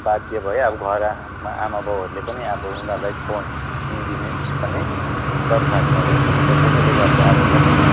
बाध्य भयो अब घरमा आमा बाउहरूले पनि अब उनीहरूलाई फोन किनिदिने पर्ने दरकार पऱ्यो र त्यसैले गर्दा अब कति